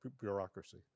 bureaucracy